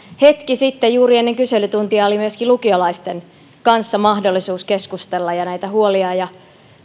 hetki sitten juuri ennen kyselytuntia oli myöskin lukiolaisten kanssa mahdollisuus keskustella ja näitä huolia ja